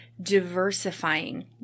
diversifying